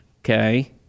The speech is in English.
Okay